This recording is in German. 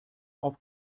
auf